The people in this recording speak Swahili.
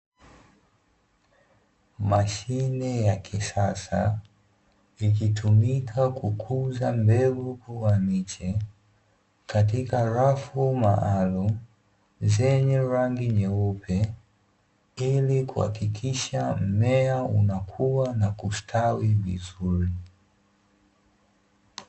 Mashine ya kisasa ikitumika kukuza mbegu kuwa miche katika rafu maalumu, zenye rangi nyeupe ili kuhakikisha mmea unakua na kustawi vizuri.